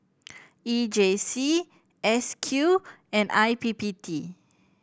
E J C S Q and I P P T